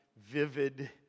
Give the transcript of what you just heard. vivid